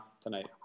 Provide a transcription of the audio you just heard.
tonight